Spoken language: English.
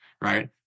right